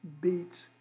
beats